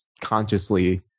consciously